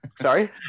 sorry